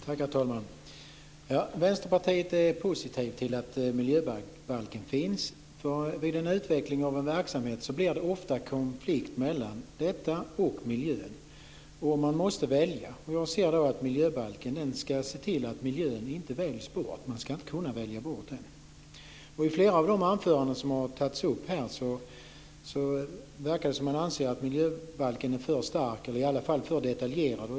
Herr talman! Vänsterpartiet är positivt till att miljöbalken finns. Vid utveckling av en verksamhet blir det ofta en konflikt mellan denna verksamhet och miljön. Man måste välja. Jag ser då att miljöbalken ska se till att miljön inte väljs bort. Man ska inte kunna välja bort den. I flera av anförandena här verkar det som att man anser att miljöbalken är för stark, eller i alla fall för detaljerad.